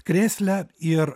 krėsle ir